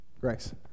Grace